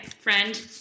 friend